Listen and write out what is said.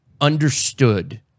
understood